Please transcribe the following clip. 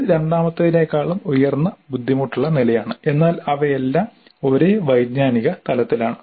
ഇത് രണ്ടാമത്തേതിനേക്കാൾ ഉയർന്ന ബുദ്ധിമുട്ടുള്ള നിലയാണ് എന്നാൽ അവയെല്ലാം ഒരേ വൈജ്ഞാനിക തലത്തിലാണ്